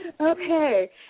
Okay